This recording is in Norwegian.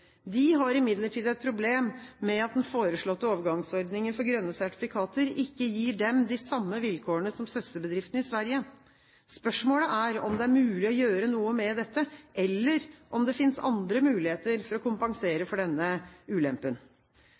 De har imidlertid et problem med at den foreslåtte overgangsordningen for grønne sertifikater ikke gir dem de samme vilkårene som søsterbedriftene i Sverige. Spørsmålet er om det er mulig å gjøre noe med dette, eller om det finnes andre muligheter for å kompensere for denne ulempen.